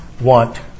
want